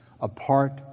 apart